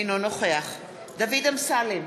אינו נוכח דוד אמסלם,